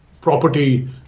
property